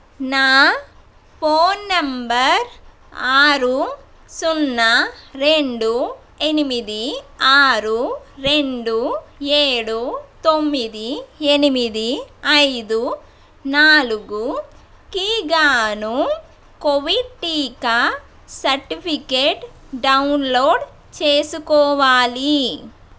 నా phone number ఆరు సున్నా రెండు ఎనిమిది ఆరు రెండు ఏడు తొమ్మిది ఎనిమిది ఐదు నాలుగుకి గాను కోవిడ్ టీకా సర్టిఫికేట్ డౌన్లోడ్ చేసుకోవాలి